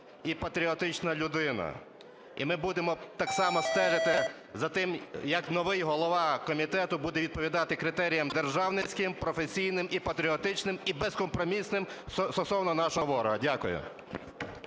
і патріотична людина. І ми будемо так само стежити за тим як новий голова комітету буде відповідати критеріям державницьким, професійним і патріотичним, і безкомпромісним стосовно нашого ворога. Дякую.